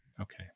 Okay